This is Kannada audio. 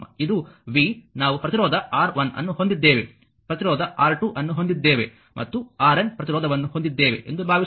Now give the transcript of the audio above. ಇದು v ನಾವು ಪ್ರತಿರೋಧ R1 ಅನ್ನು ಹೊಂದಿದ್ದೇವೆ ಪ್ರತಿರೋಧ R2 ಅನ್ನು ಹೊಂದಿದ್ದೇವೆ ಮತ್ತು RN ಪ್ರತಿರೋಧವನ್ನು ಹೊಂದಿದ್ದೇವೆ ಎಂದು ಭಾವಿಸೋಣ